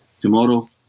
tomorrow